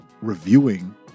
reviewing